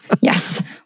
yes